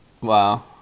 Wow